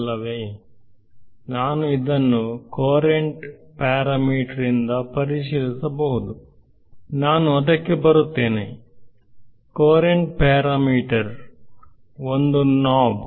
ಅಲ್ಲವೇ ನಾನು ಇದನ್ನು ಕೊರೆಂಟ್ ಪರಮೀಟರ್ ಇಂದ ಪರಿಶೀಲಿಸಬಹುದು ನಾನು ಅದಕ್ಕೆ ಬರುತ್ತೇನೆ ಕೊರಂಟ್ ಪ್ಯಾರಾಮೀಟರ್ ಒಂದು ನೋಬ್